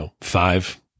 five